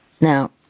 Now